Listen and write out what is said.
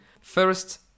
first